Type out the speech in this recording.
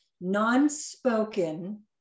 non-spoken